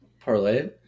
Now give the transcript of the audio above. parlay